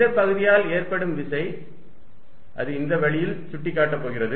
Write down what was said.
இந்த பகுதியால் ஏற்படும் விசை அது இந்த வழியில் சுட்டிக்காட்டப் போகிறது